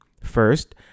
First